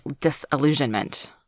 disillusionment